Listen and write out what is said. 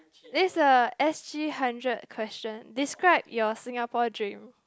this a s_g hundred question describe your Singapore dream